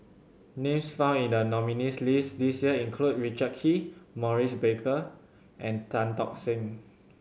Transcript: names found in the nominees' list this year include Richard Kee Maurice Baker and Tan Tock Seng